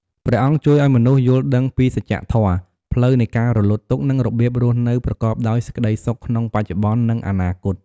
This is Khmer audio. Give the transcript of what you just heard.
ព្រះអង្គជួយឱ្យមនុស្សយល់ដឹងពីសច្ចធម៌ ផ្លូវនៃការរំលត់ទុក្ខ និងរបៀបរស់នៅប្រកបដោយសេចក្តីសុខក្នុងបច្ចុប្បន្ន និងអនាគត។